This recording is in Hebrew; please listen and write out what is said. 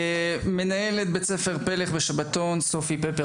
סופי פפר, מנהלת בשבתון, בית ספר פלך, בבקשה.